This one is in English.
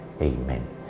Amen